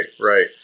Right